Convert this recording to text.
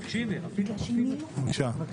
בבקשה.